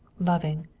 loving.